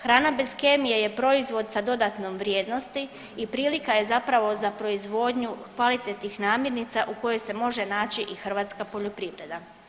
Hrana bez kemije je proizvod sa dodatnom vrijednosti i prilika je zapravo za proizvodnju kvalitetnih namirnica u kojoj se može naći i hrvatska poljoprivreda.